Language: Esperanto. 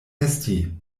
esti